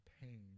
pain